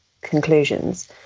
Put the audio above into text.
conclusions